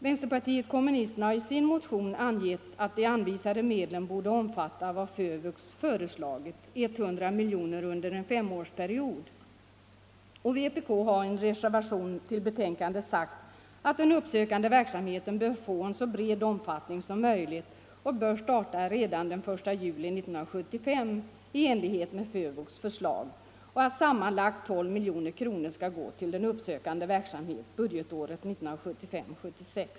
Vänsterpartiet kommunisterna har i sin motion angett att de anvisade medlen borde omfatta vad FÖVUX föreslagit, 100 miljoner under en femårsperiod. Vpk har i en reservation till betänkandet sagt att den uppsökande verksamheten bör få en så bred omfattning som möjligt och bör starta redan den 1 juli 1975 i enlighet med FÖVUX förslag och att sammanlagt 12 milj.kr. skall gå till uppsökande verksamhet redan för budgetåret 1975/76.